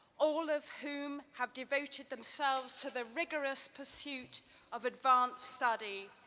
all of whom have devoted themselves to the rigorous pursuit of advanced study,